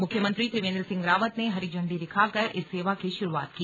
मुख्यमंत्री त्रिवेंद्र सिंह रावत ने हरी झंडी दिखाकर इस सेवा की शुरुआत की